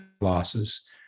losses